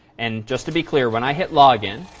and just to be clear, when i hit log in,